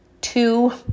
two